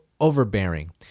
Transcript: overbearing